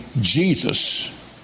Jesus